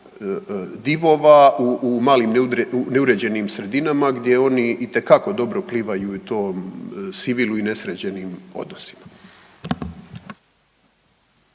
divova u malim neuređenim sredinama gdje oni itekako dobro plivaju u tom sivilu i nesređenim odnosima.